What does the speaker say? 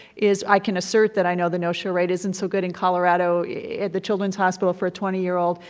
is i can assert that i know the no-show rate isn't so good in colorado at the children's hospital for a twenty year old,